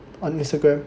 on Instagram